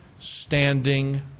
Standing